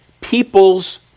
people's